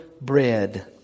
bread